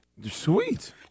Sweet